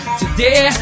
today